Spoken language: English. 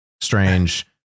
strange